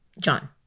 John